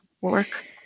work